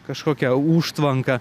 kažkokią užtvanką